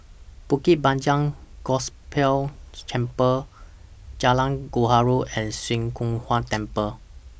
Bukit Panjang Gospel Chapel Jalan Gaharu and Swee Kow Kuan Temple